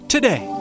Today